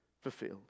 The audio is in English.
fulfilled